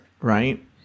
right